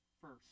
first